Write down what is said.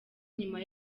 nyuma